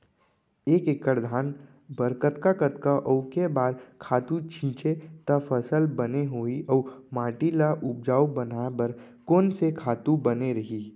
एक एक्कड़ धान बर कतका कतका अऊ के बार खातू छिंचे त फसल बने होही अऊ माटी ल उपजाऊ बनाए बर कोन से खातू बने रही?